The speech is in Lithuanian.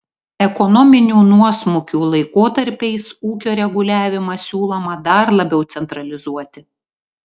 ekonominių nuosmukių laikotarpiais ūkio reguliavimą siūloma dar labiau centralizuoti